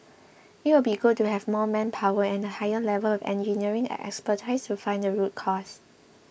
it would be good to have more manpower and a higher level of engineering expertise to find the root cause